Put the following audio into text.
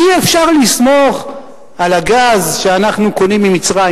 אי-אפשר לסמוך על הגז שאנחנו קונים ממצרים.